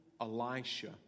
Elisha